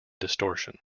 distortion